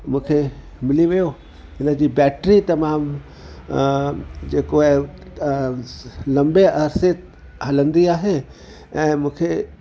मूंखे मिली वियो हिन जी बैट्री तमामु जेको आहे लंबे अरसे हलंदी आहे ऐं मूंखे